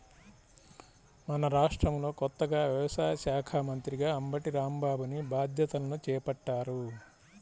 మన రాష్ట్రంలో కొత్తగా వ్యవసాయ శాఖా మంత్రిగా అంబటి రాంబాబుని బాధ్యతలను చేపట్టారు